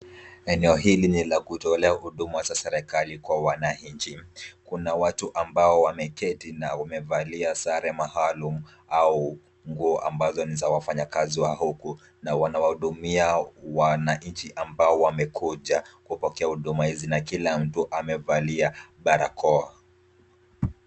Eneo hili ni la kutolea huduma za serekali kwa wananchi. Kuna watu ambao wameketi na wamevalia sare maalum au nguo ambazo ni za wafanyakazi wa huku na wanahudumia wananchi ambao wamekuja kupokea huduma hizi na kila mtu amevalia barakoa.